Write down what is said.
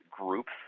groups